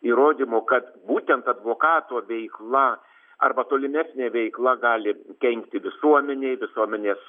įrodymų kad būtent advokato veikla arba tolimesnė veikla gali kenkti visuomenei visuomenės